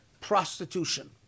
prostitution